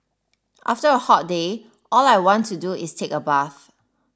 after a hot day all I want to do is take a bath